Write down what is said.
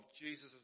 Jesus